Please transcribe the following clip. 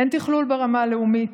אין תכלול ברמה הלאומית,